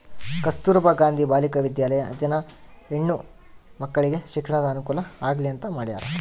ಕಸ್ತುರ್ಭ ಗಾಂಧಿ ಬಾಲಿಕ ವಿದ್ಯಾಲಯ ದಿನ ಹೆಣ್ಣು ಮಕ್ಕಳಿಗೆ ಶಿಕ್ಷಣದ ಅನುಕುಲ ಆಗ್ಲಿ ಅಂತ ಮಾಡ್ಯರ